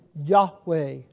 Yahweh